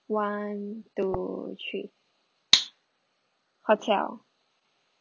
one two three hotel